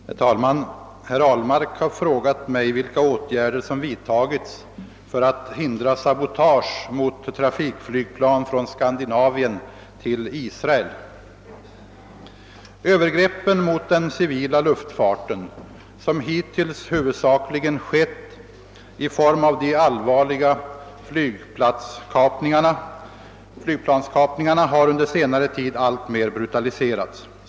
Herr talman! Herr Ahlmark har frå gat mig vilka åtgärder som vidtagits för att hindra sabotage mot trafikflygplan från Skandinavien till Israel. Övergreppen mot den civila luftfarten, som hiitills huvudsakligen skett i form av de allvarliga flygplanskapningarna, har under senare tid alltmer brutaliserats.